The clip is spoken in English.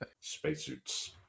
Spacesuits